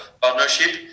partnership